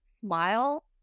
smile